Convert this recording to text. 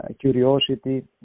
curiosity